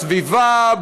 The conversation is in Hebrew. בסביבה,